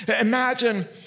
Imagine